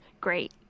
great